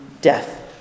death